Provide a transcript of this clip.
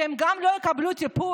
שהם גם לא יקבלו טיפול?